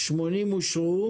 80 אושרו?